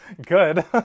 good